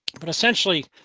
but essentially,